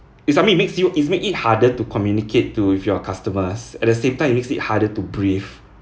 it's I mean it makes you its make it harder to communicate to with your customers at the same time it makes me harder to breathe